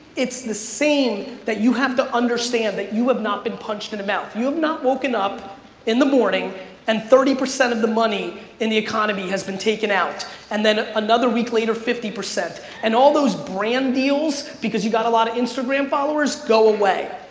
it's the same that you have to understand that you have not been punched in the mouth. you have not woken up in the morning and thirty percent of the money in the economy has been taken out and then another week later, fifty percent and all those brand deals, because you got a lot of instagram followers go away.